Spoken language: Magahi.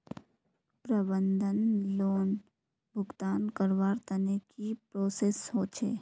प्रबंधन लोन भुगतान करवार तने की की प्रोसेस होचे?